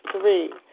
three